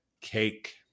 Cake